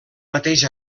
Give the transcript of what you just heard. mateix